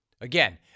Again